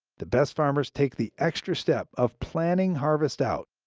the best farmers take the extra step of planning harvest out.